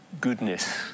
goodness